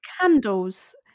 candles